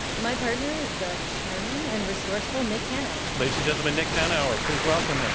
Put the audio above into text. my partner is the charming and resourceful nick hanauer. ladies and gentlemen, nick hanauer, please welcome him.